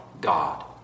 God